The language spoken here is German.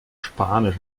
spanisch